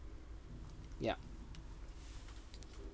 yeah